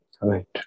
Right